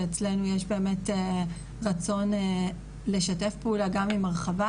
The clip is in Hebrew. ואצלנו יש באמת רצון לשתף פעולה גם עם הרחבה,